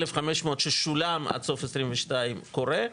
1,500 ששולם עד סוף 2022 קורה,